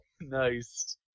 Nice